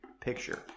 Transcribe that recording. picture